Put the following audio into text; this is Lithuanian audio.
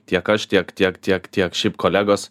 tiek aš tiek tiek tiek tiek šiaip kolegos